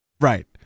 right